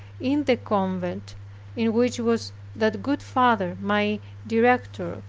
in the convent in which was that good father my director.